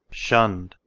shunn'd,